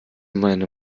meine